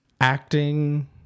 acting